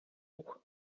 auch